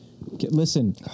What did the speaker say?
Listen